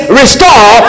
restore